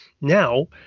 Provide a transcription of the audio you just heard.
Now